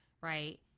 right